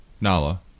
Nala